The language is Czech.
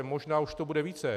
Možná už to bude více.